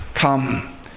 come